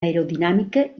aerodinàmica